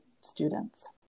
students